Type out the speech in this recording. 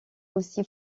aussi